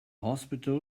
hospital